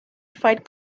fight